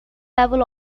level